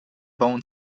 bauen